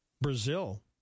Brazil